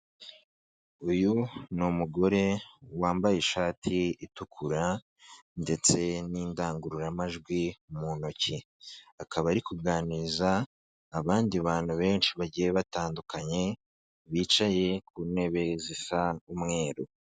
Uyu ni umugore wambaye ishati itukura ndetse n'indangururamajwi mu ntoki, akaba ari kuganiriza abandi bantu benshi bagiye batandukanye bicaye ku ntebe zisa umweru.